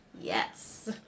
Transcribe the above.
Yes